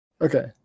Okay